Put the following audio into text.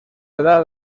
edad